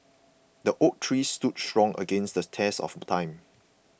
the oak tree stood strong against the test of time